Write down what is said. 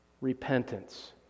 Repentance